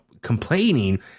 complaining